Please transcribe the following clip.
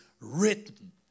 written